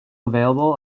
available